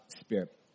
Spirit